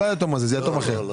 לא היתום הזה, זה יתום אחר.